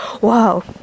Wow